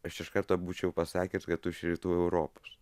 aš iš karto būčiau pasakęs kad tu iš rytų europos